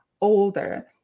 older